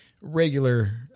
regular